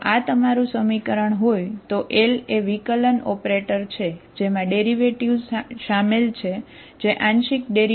જો આ તમારું સમીકરણ હોય તો L એ વિકલન ઓપરેટર છે બરાબર